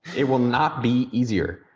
it will not be easier,